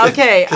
Okay